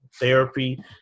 therapy